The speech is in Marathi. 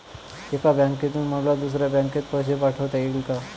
एका बँकेतून मला दुसऱ्या बँकेत पैसे पाठवता येतील का?